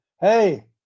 Hey